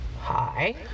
Hi